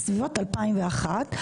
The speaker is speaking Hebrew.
בסביבות 2001,